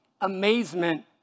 amazement